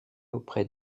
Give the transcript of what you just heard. auprès